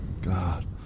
God